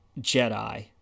Jedi